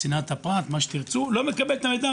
צנעת הפרט, מה שתרצו, המשרד לא מקבל את המידע.